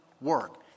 work